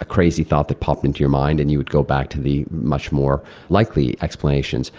a crazy thought that popped into your mind, and you would go back to the much more likely explanations.